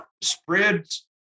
spreads